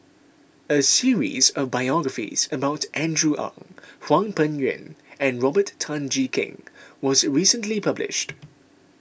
a series of biographies about Andrew Ang Hwang Peng Yuan and Robert Tan Jee Keng was recently published